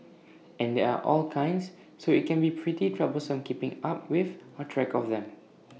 and there are all kinds so IT can be pretty troublesome keeping up with or track of them